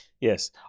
Yes